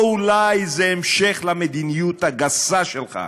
או אולי זה המשך למדיניות הגסה שלך,